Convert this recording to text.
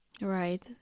Right